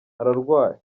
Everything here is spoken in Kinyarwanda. ararwaye